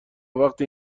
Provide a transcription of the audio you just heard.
وقتی